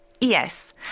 Yes